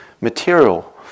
material